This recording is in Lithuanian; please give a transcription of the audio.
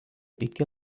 iki